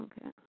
Okay